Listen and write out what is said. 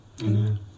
Amen